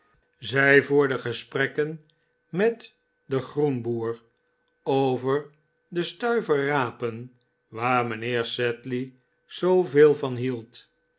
zij voerde gesprekken met den groenboer over den stuiver rapen waar mijnheer sedley zoo veel van hield